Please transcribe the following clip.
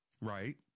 Right